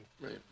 Right